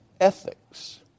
ethics